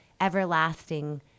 everlasting